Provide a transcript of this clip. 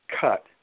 cut